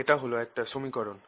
এটা হল একটা সমীকরণ